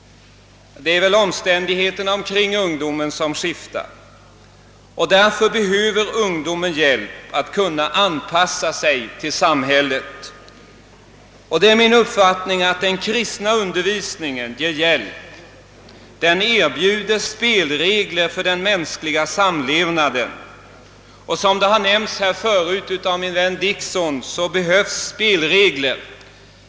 Det är omständigheterna omkring ungdomen som skiftar. Därför behöver ungdomen hjälp att anpassa sig till samhället. Det är min uppfattning att den kristna undervisningen ger hjälp. Den erbjuder spelregler för den mänskliga samlevnaden. Som min vän herr Dickson nämndide förut behövs det spelregler.